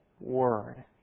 Word